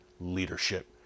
leadership